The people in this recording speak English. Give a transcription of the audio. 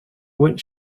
went